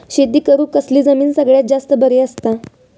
शेती करुक कसली जमीन सगळ्यात जास्त बरी असता?